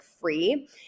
free